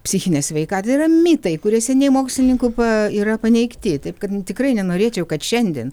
psichinę sveikatą yra mitai kurie seniai mokslininkų pa yra paneigti taip kad tikrai nenorėčiau kad šiandien